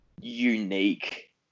unique